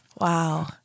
Wow